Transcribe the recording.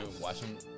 watching